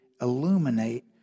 illuminate